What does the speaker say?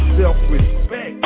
self-respect